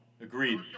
Agreed